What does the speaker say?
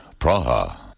Praha